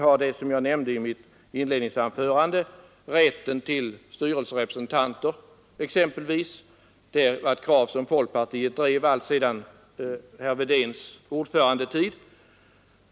Som exempel nämnde jag i mitt inledningsanförande rätten till styrelserepresentanter. Det var ett krav som folkpartiet hade drivit alltsedan herr Wedéns tid som partiordförande.